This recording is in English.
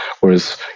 whereas